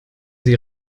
sie